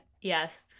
yes